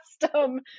custom